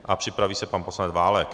A připraví se pan poslanec Válek.